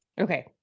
okay